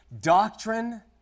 Doctrine